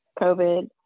COVID